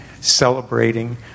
celebrating